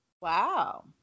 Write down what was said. Wow